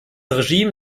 regime